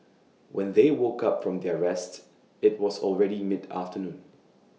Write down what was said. when they woke up from their rest IT was already mid afternoon